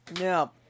Now